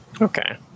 Okay